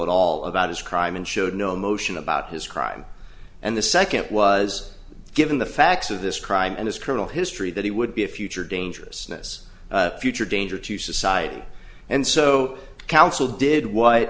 at all about his crime and showed no emotion about his crime and the second was given the facts of this crime and his criminal history that he would be a future dangerousness future danger to society and so counsel did